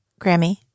Grammy